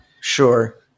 Sure